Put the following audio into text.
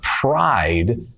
pride